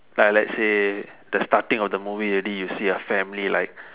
fine let's say the starting of the movie already you see a family like